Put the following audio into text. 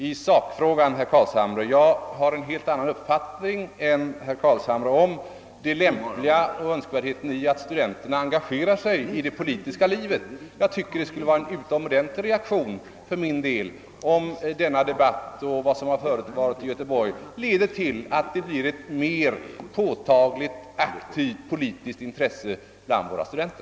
I sakfrågan har jag en helt annan uppfattning än herr Carlshamre om det lämpliga och önskvärda i att studenterna engagerar sig i det politiska livet. Jag tycker det skulle vara en utomordentligt värdefull konsekvens, om denna debatt och vad som förevarit i Göteborg leder till ett mer påtagligt aktivt politiskt intresse bland våra studenter.